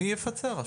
מי יפצה?